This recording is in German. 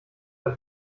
der